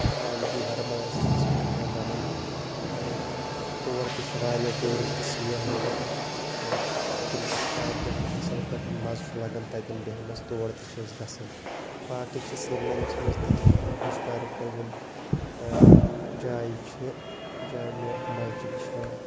اَوَنتی ورما ٲسۍ تٔمِس کیاہ تام وَنان تہٕ تور تہِ چھِ واریاہ ٹیوٗرِسٹ سِیاہ یِوان تہٕ تَتٮ۪ن تہِ چھِ پارکہِ ۂنۍ اَصٕل پٲٹھۍ مَزٕ چھُ لَگان تتٮ۪ن بیٚہنَس تور تہِ چھِ أسۍ گژھان باقٕے چھِ سرنَگرَس منٛز تہِ ہِسٹارِکَل یِم اۭں جایہِ چھِ جامیہ مَسجِد چھِ